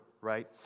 right